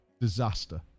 disaster